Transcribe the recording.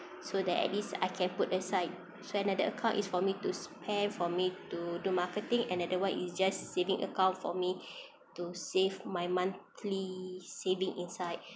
so that at least I can put aside so another account is for me to spend for me to do marketing another one is just saving account for me to save my monthly saving inside